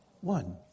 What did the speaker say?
One